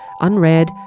unread